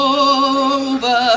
over